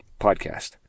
podcast